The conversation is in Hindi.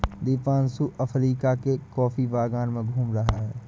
दीपांशु अफ्रीका के कॉफी बागान में घूम रहा है